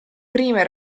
prime